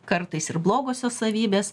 kartais ir blogosios savybės